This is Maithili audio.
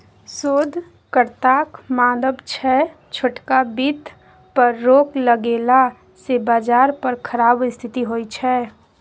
शोधकर्ताक मानब छै छोटका बित्त पर रोक लगेला सँ बजार पर खराब स्थिति होइ छै